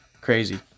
Crazy